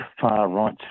far-right